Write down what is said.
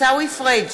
עיסאווי פריג'